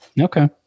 Okay